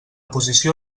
posició